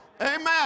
Amen